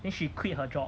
then she quit her job